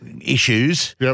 issues